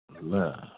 love